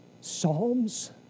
Psalms